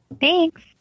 Thanks